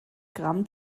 gramm